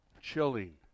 chilling